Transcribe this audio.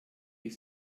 ist